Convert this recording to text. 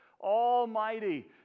almighty